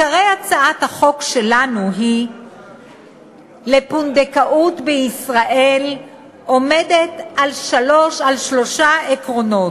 הצעת החוק שלנו לפונדקאות בישראל עומדת על שלושה עקרונות: